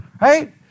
right